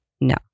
no